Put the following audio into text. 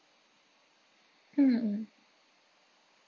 hmm mm